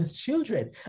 children